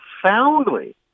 profoundly